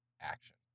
action